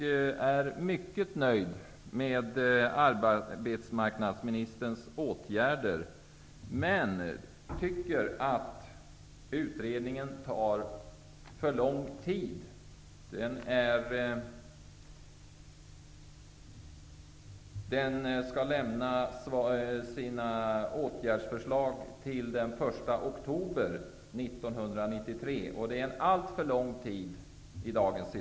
Jag är mycket nöjd med arbetsmarknadsministerns åtgärder, men jag tycker att utredningen får för lång tid på sig. Den skall lämna sina åtgärdsförslag den 1 oktober 1993, och det är i dagens situation en alltför lång tid. Herr talman!